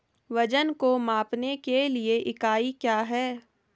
वजन को मापने के लिए इकाई क्या है?